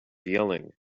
yelling